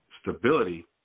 stability